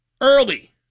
early